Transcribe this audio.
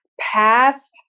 past